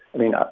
i mean, ah